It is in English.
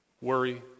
worry